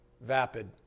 vapid